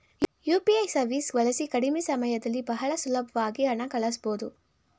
UPI ಸವೀಸ್ ಬಳಸಿ ಕಡಿಮೆ ಸಮಯದಲ್ಲಿ ಬಹಳ ಸುಲಬ್ವಾಗಿ ಹಣ ಕಳಸ್ಬೊದು